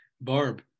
Barb